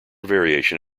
variation